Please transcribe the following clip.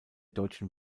deutschen